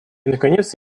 наконец